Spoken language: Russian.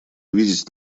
видеть